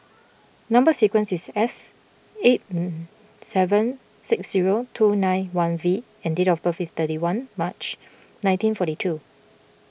Number Sequence is S eight seven six zero two nine one V and date of birth is thirty one March nineteen forty two